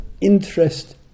interest